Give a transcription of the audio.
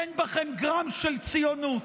אין בכם גרם של ציונות,